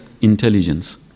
intelligence